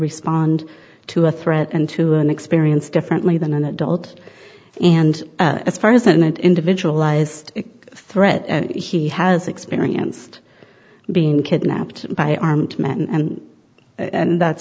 respond to a threat and to an experience differently than an adult and as far as an individual lies threat and he has experienced being kidnapped by armed men and